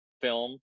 film